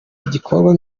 igikorwa